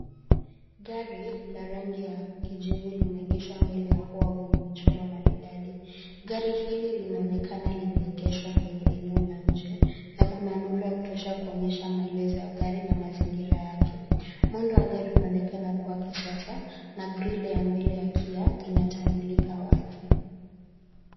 Gari la rangi ya kijivu limeegeshwa mbele ya ua wenye mchoro maridadi, gari hili linaonekana limeegeshwa kwenye eneo la nje na kuna nuru ya kutosha kuonyesha maelezo ya gari na mazingira yake. Muundo wa gari unaonekana kuwa wa kisasa na grili ya mbele ya Kia inatambulika wazi.